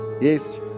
Yes